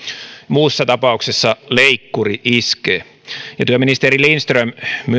muussa tapauksessa leikkuri iskee ja työministeri lindström